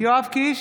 יואב קיש,